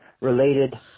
related